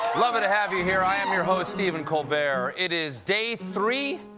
lovely to have you here. i am your host, stephen colbert. it is day three?